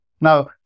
Now